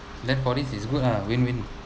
then for this is good ah win win